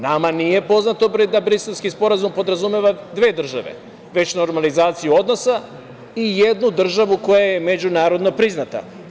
Nama nije poznato da Briselski sporazum podrazumeva dve države, već normalizaciju odnosa i jednu državu koja je međunarodno priznata.